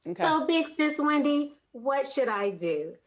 and kind of big sis wendy, what should i do?